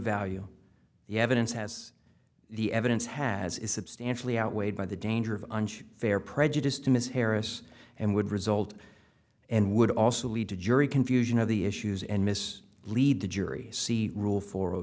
value the evidence has the evidence has is substantially outweighed by the danger of fair prejudice to ms harris and would result and would also lead to jury confusion of the issues and mis lead to jury c rule four